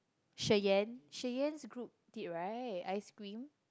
Sherman Sherman's group did right ice cream